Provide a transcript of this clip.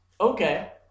okay